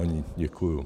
Děkuju.